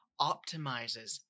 optimizes